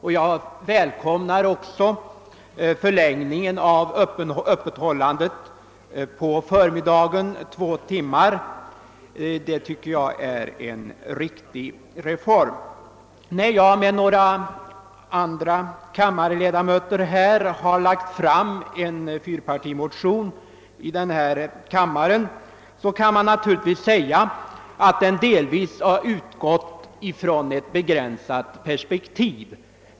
Jag välkomnar också de två timmarnas förlängning på förmiddagen av vallokalernas öppethållande. Detta är en riktig reform. När jag med några andrakammarledamöter har lagt fram en fyrpartimotion, kan man säga att denna delvis utgått från ett begränsat perspektiv.